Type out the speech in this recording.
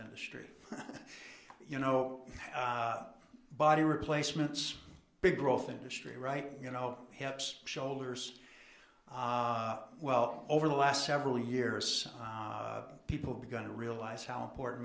industry you know body replacements big growth industry right you know hips shoulders well over the last several years people began to realize how important